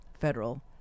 federal